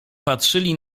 patrzyli